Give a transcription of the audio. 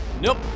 Nope